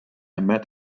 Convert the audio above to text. met